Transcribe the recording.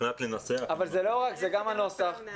זה גם הנוסח.